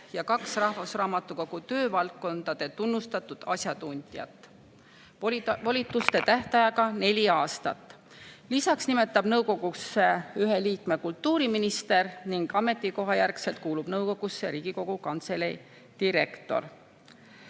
ja kaks Rahvusraamatukogu töövaldkonna tunnustatud asjatundjat volituste tähtajaga neli aastat. Lisaks nimetab nõukogusse ühe liikme kultuuriminister ning ametikohajärgselt kuulub nõukogusse Riigikogu Kantselei direktor.